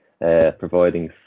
providing